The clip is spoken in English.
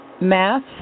Math